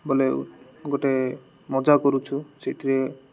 ବୋଲେ ଗୋଟେ ମଜା କରୁଛୁ ସେଥିରେ